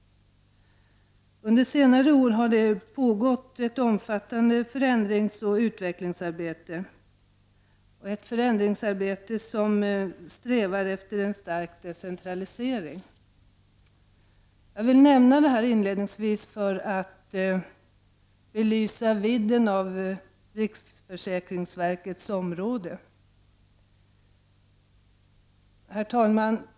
Under senare år har det pågått ett omfattande förändringsoch utvecklingsarbete, och i det förändringsarbetet strävar man efter en stark decentralisering. Jag ville nämna detta inledningsvis för att belysa vidden av riksförsäkringsverkets område. Herr talman!